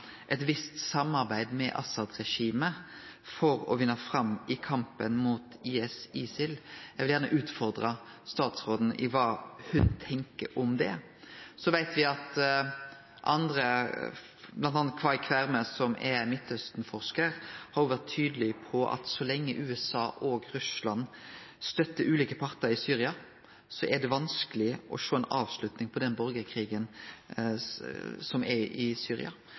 eit visst samarbeid med Assad-regimet for å vinne fram i kampen mot IS, eller ISIL. Eg vil gjerne utfordre statsråden på kva ho tenkjer om det. Så veit me at andre, m.a. Kai Kverme, som er Midtøsten-forskar, òg har vore tydelege på at så lenge USA og Russland stør ulike partar i Syria, er det vanskeleg å sjå ei avslutning på den borgarkrigen som er i Syria.